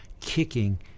kicking